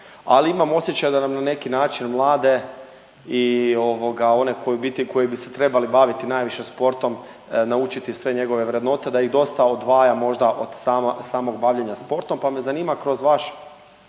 ali imam osjećaj da nam na neki način mlade i one koji u biti bi se trebali baviti najviše sportom naučiti sve njegove vrednote da ih dosta odvaja možda od samog bavljenja sportom. Pa me zanima kroz vaš